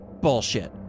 bullshit